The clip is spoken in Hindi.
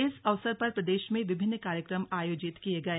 इस अवसर पर प्रदेश में विभिन्न कार्यक्रम आयोजित किए गए